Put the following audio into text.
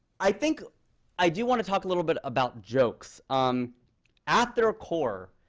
i think i do want to talk a little bit about jokes. um at their ah core,